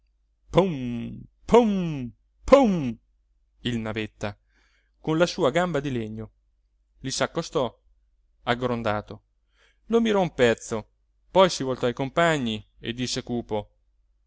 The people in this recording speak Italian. pum il navetta con la sua gamba di legno gli s'accostò aggrondato lo mirò un pezzo poi si voltò ai compagni e disse cupo